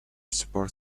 support